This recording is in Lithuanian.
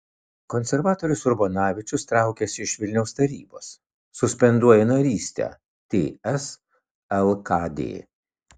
konservatorius urbonavičius traukiasi iš vilniaus tarybos suspenduoja narystę ts lkd